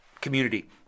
community